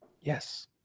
yes